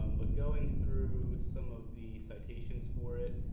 um but going through some of the citations for it